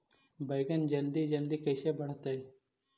बैगन जल्दी जल्दी कैसे बढ़तै?